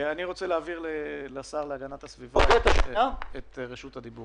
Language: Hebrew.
אני רוצה להעביר לשר להגנת הסביבה את רשות הדיבור.